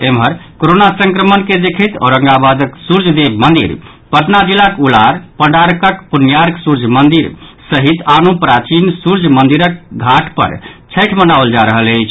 एम्हर कोरोना संक्रमण के देखैत औरंगाबादक सूर्य देव मंदिर पटना जिलाक उलार पंडारकक पूण्यार्क सूर्य मंदिर सहित आनो प्राचीन सूर्य मंदिरक घाट पर छठि मनाओल जा रहल अछि